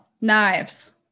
Knives